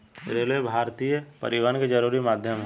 railway भारतीय परिवहन के जरुरी माध्यम ह